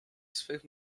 swych